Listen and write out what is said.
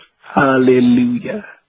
Hallelujah